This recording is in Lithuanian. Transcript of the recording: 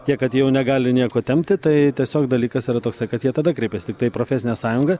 tiek kad jau negali nieko tempti tai tiesiog dalykas yra toksai kad jie tada kreipiasi tiktai į profesinę sąjungą